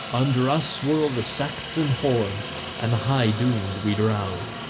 under us swirl the sects and hordes and the high dooms we drown.